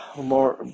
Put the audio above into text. more